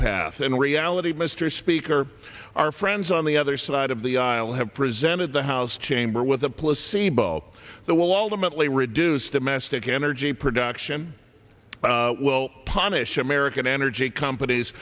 path and reality mr speaker our friends on the other side of the aisle have presented the house chamber with the placebo the wall the mentally reduced domestic energy production will punish american energy companies